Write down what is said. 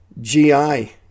GI